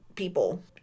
People